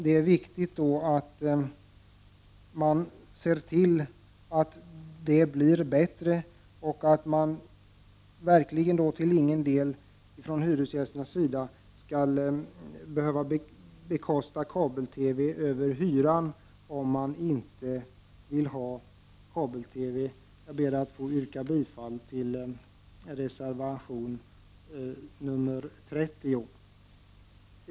Det är viktigt att se till att det blir bättre och att hyresgästerna verkligen till ingen del skall behöva bekosta kabel-TV över hyran, om de inte vill ha kabel-TV. Jag ber att få yrka bifall till reservation 30.